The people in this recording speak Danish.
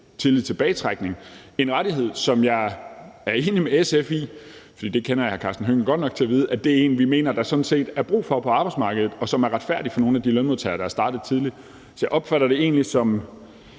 tidlig tilbagetrækning; en rettighed, som jeg er enig med SF i – for det kender jeg hr. Karsten Hønge godt nok til at vide – at der sådan set er brug for på arbejdsmarkedet, og som er retfærdig over for nogle af de lønmodtagere, der er startet tidligt. Så jeg opfatter det egentlig